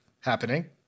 happening